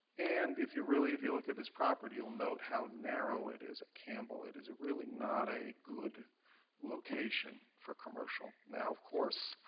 and if you really if you look at this property, you'll note how narrow it is at campbell. it is really not a good location for commercial. now, of course,